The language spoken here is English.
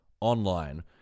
online